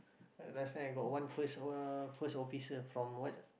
last time I got one first uh first officer from what